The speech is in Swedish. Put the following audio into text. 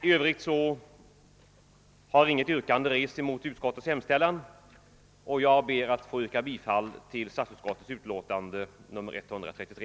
I övrigt har inget yrkande rests mot utskottets hemställan, och jag ber att få yrka bifall till statsutskottets förslag i utlåtandet nr 133.